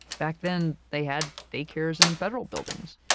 back then, they had daycares and federal buildings.